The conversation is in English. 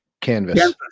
Canvas